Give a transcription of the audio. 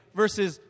versus